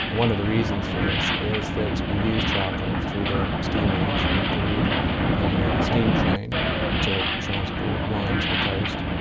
one of the reasons for this is that we've used charcoal through the steam age in peru building a steam train to transport wine to the coast,